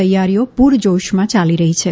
તૈયારીઓ પૂરજોશમાં યાલી રહી છે